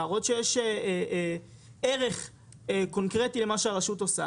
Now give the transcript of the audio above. להראות שיש ערך קונקרטי למה שהרשות עושה